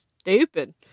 stupid